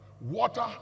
water